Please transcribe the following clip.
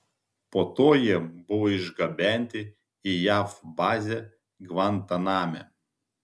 po to jie buvo išgabenti į jav bazę gvantaname